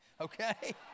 okay